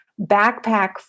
backpack